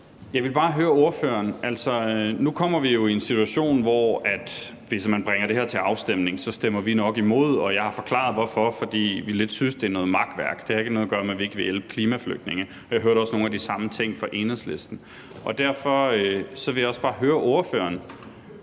i min tale før. Nu kommer vi jo i en situation, hvor vi, hvis man bringer det her til afstemning, nok stemmer imod. Jeg har forklaret hvorfor, og det er, fordi vi lidt synes, det er noget makværk. Det har ikke noget at gøre med, at vi ikke vil hjælpe klimaflygtninge. Og jeg hørte også nogle af de samme ting fra Enhedslisten. Derfor vil jeg også bare høre ordføreren,